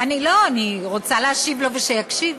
לא, אני רוצה להשיב לו ושיקשיב.